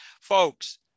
folks